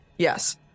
Yes